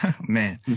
Man